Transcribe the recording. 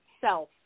self